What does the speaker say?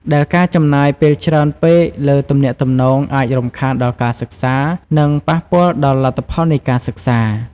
ដែលការចំណាយពេលច្រើនពេកលើទំនាក់ទំនងអាចរំខានដល់ការសិក្សា និងប៉ះពាល់ដល់លទ្ធផលនៃការសិក្សា។